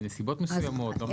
בנסיבות מסוימות.